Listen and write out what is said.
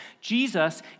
Jesus